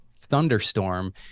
thunderstorm